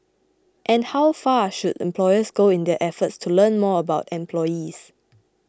and how far should employers go in their efforts to learn more about employees